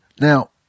Now